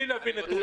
בלי להביא נתונים.